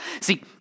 See